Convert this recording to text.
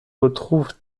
retrouve